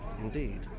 indeed